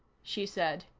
she said.